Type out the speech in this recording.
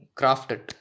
crafted